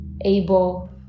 able